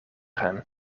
gaan